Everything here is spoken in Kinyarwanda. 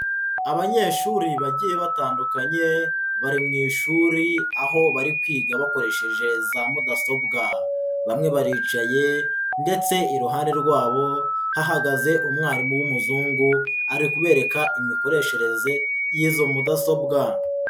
Abanyeshuri bagiye batandukanye bari mu ishuri, aho bari kwiga bakoresheje za mudasobwa, bamwe baricaye ndetse iruhande rwabo hahagaze umwarimu w'umuzungu, ari kubereka imikoreshereze y'izo mudasobwa.